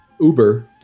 Uber